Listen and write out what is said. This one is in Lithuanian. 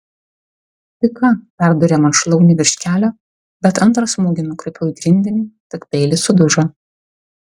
pika perdūrė man šlaunį virš kelio bet antrą smūgį nukreipiau į grindinį tad peilis sudužo